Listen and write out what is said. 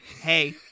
hey